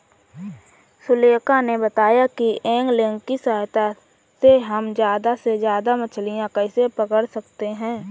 सुलेखा ने बताया कि ऐंगलिंग की सहायता से हम ज्यादा से ज्यादा मछलियाँ कैसे पकड़ सकते हैं